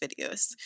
videos